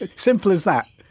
ah simple as that?